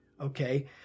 Okay